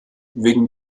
wegen